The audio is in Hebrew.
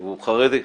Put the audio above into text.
הוא חרדי,